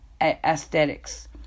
aesthetics